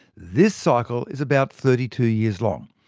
this cycle is about thirty two years long.